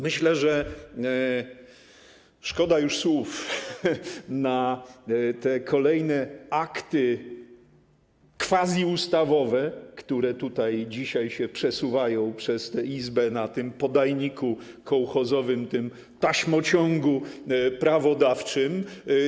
Myślę, że szkoda już słów na te kolejne akty quasi-ustawowe, które tutaj dzisiaj się przesuwają przez tę Izbę na tym podajniku kołchozowym, tym taśmociągu prawodawczym.